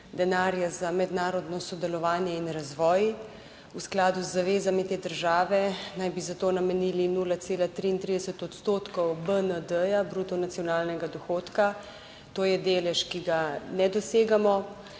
denarja za mednarodno sodelovanje in razvoj. V skladu z zavezami te države naj bi za to namenili 0,33 odstotkov BND - bruto nacionalnega dohodka. To je delež, ki ga ne dosegamo.